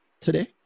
today